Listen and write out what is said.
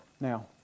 Now